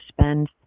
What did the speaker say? spend